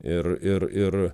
ir ir ir